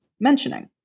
mentioning